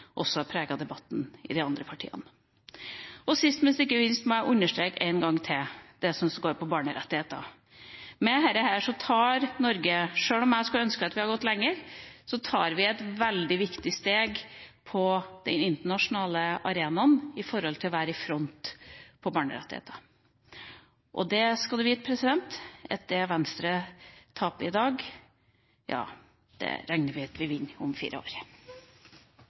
også har preget debatten i de andre partiene. Sist, men ikke minst må jeg understreke en gang til det som gjelder barnerettigheter. Med dette tar Norge – sjøl om jeg skulle ønske vi hadde gått lenger – et veldig viktig steg på den internasjonale arenaen for å være i front med hensyn til barnerettigheter. Det skal du vite, president, at det Venstre taper i dag, regner vi med at vi vinner om fire år.